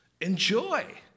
Enjoy